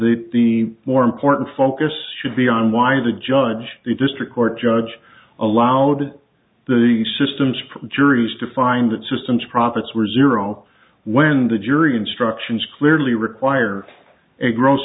the the more important focus should be on why the judge the district court judge allowed the systems for juries to find that system's profits were zero when the jury instructions clearly require a gross